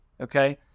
okay